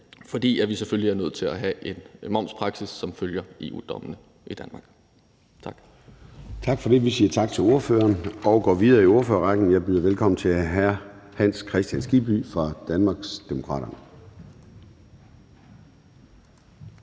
fordi vi selvfølgelig er nødt til at have en momspraksis, som følger EU-dommene, i Danmark. Tak. Kl. 16:30 Formanden (Søren Gade): Vi siger tak til ordføreren og går videre i ordførerrækken. Jeg byder velkommen til hr. Hans Kristian Skibby fra Danmarksdemokraterne.